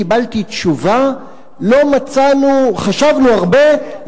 קיבלתי תשובה: חשבנו הרבה,